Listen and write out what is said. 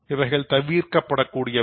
இவைகள் தவிர்க்க படக்கூடியவை